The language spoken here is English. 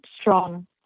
strong